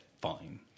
fine